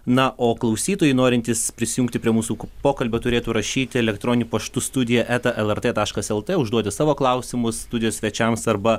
na o klausytojai norintys prisijungti prie mūsų pokalbio turėtų rašyti elektroniniu paštu studija eta lrt taškas lt užduoti savo klausimus studijos svečiams arba